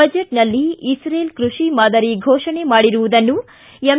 ಬಜೆಟ್ನಲ್ಲಿ ಇಶ್ರೇಲ್ ಕೃಷಿ ಮಾದರಿ ಘೋಷಣೆ ಮಾಡಿರುವುದನ್ನು ಎಂ